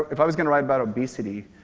if i was going to write about obesity,